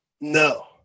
No